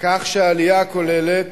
כך שהעלייה הכוללת,